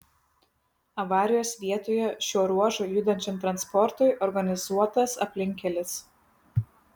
avarijos vietoje šiuo ruožu judančiam transportui organizuotas aplinkkelis